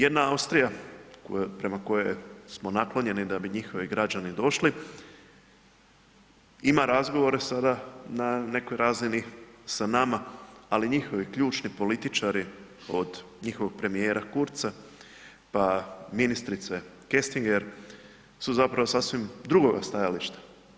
Jedna Austrija prema kojom smo naklonjeni da bi njihovi građani došli, ima razgovore sada na nekoj razini sa nama ali njihovi ključni političari od njihovog premijera Kurtza pa ministrice Kostinger su zapravo sasvim drugoga stajališta.